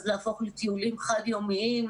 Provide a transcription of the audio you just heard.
אז להפוך לטיולים חד-יומיים,